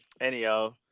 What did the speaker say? anyhow